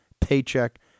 paycheck